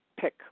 pick